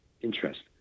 interest